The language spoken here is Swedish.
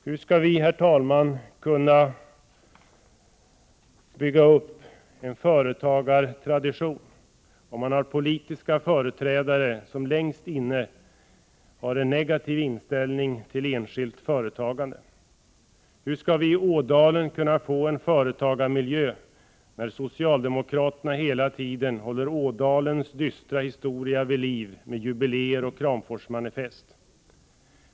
Hur skall vi, herr talman, kunna bygga upp en företagartradition, om man har politiska företrädare som längst inne har en negativ inställning till enskilt företagande? Hur skall vi i Ådalen kunna få en företagarmiljö, när socialdemokraterna hela tiden håller Ådalens dystra historia vid liv med jubiléer och Kramforsmanifest?